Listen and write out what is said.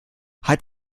hat